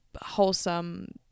wholesome